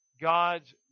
God's